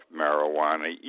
marijuana